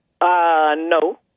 no